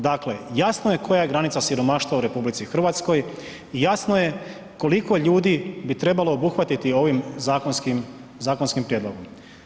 Dakle, jasno je koja je granica siromaštva u RH i jasno je koliko ljudi bi trebalo obuhvatiti ovim zakonskim prijedlogom.